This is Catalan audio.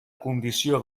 condició